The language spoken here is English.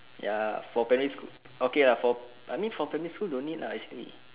ya for primary school okay lah for I mean for primary school don't need lah actually